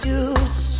use